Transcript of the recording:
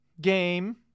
game